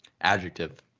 adjective